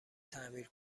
تعمیر